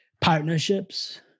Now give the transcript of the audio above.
partnerships